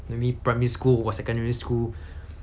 maybe primary school or secondary school